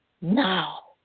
now